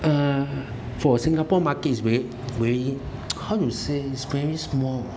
uh for singapore market is very very how to say it's very small